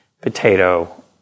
potato